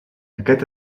aquest